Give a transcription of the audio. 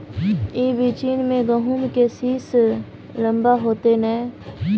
ई बिचन में गहुम के सीस लम्बा होते नय?